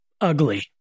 ugly